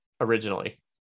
originally